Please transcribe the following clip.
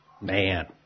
Man